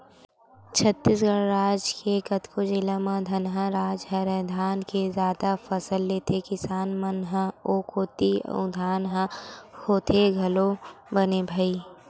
छत्तीसगढ़ राज के कतको जिला ह धनहा राज हरय धाने के जादा फसल लेथे किसान मन ह ओ कोती अउ धान ह होथे घलोक बने भई